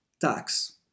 tax